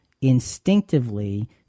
instinctively